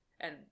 and-